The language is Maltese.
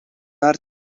nhar